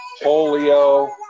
polio